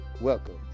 Welcome